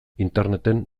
interneten